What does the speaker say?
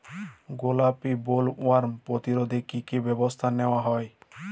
গোলাপী বোলওয়ার্ম প্রতিরোধে কী কী ব্যবস্থা নেওয়া হয়?